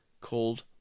called